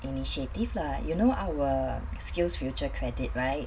initiative lah you know our skillsfuture credit right